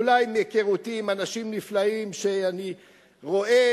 אולי מהיכרותי עם אנשים נפלאים שאני רואה